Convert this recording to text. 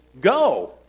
go